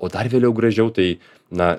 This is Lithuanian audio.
o dar vėliau gražiau tai na